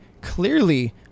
clearly